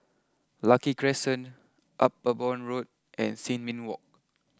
Lucky Crescent Upavon Road and Sin Ming walk